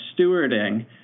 stewarding